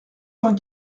cent